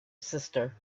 sister